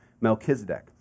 Melchizedek